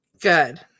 Good